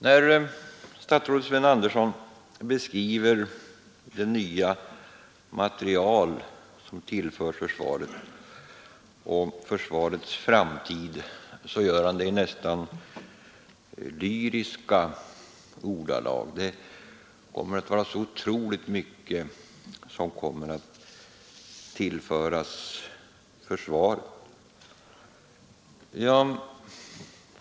När herr statsrådet Sven Andersson beskriver försvarets framtid och den nya materiel som tillförts försvaret så gör han det i nästan lyriska ordalag — så otroligt mycket kommer att tillföras försvaret.